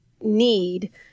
need